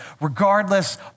regardless